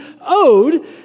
owed